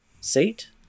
seat